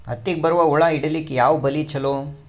ಹತ್ತಿಗ ಬರುವ ಹುಳ ಹಿಡೀಲಿಕ ಯಾವ ಬಲಿ ಚಲೋ?